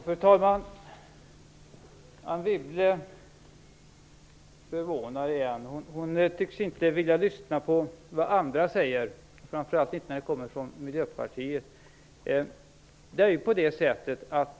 Fru talman! Anne Wibble förvånar igen. Hon tycks inte vilja lyssna på vad andra säger, framför allt inte när det kommer från Miljöpartiet.